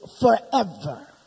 forever